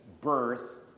birth